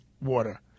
water